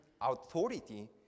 authority